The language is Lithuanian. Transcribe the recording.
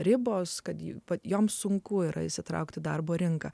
ribos kad jeigu joms sunku yra įsitraukti į darbo rinką